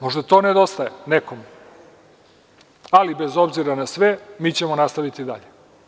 Možda to nedostaje nekom, ali bez obzira na sve mi ćemo nastaviti dalje.